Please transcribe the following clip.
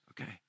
okay